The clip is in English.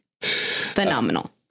Phenomenal